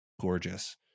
gorgeous